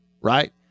right